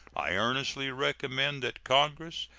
i earnestly recommend that congress,